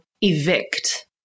evict